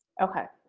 okay.